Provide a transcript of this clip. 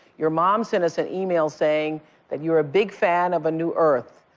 your mom sent us an email saying that you're a big fan of a new earth.